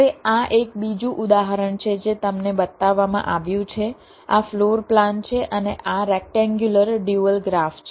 હવે આ એક બીજું ઉદાહરણ છે જે તમને બતાવવામાં આવ્યું છે આ ફ્લોર પ્લાન છે અને આ રેક્ટેન્ગ્યુલર ડ્યુઅલ ગ્રાફ છે